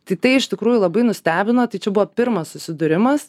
tai tai iš tikrųjų labai nustebino tai čia buvo pirmas susidūrimas